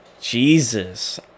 Jesus